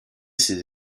ses